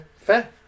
fair